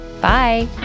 Bye